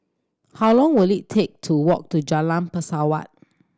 how long will it take to walk to Jalan Pesawat